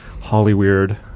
Hollyweird